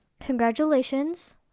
congratulations